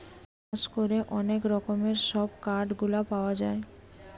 চাষ করে অনেক রকমের সব কাঠ গুলা পাওয়া যায়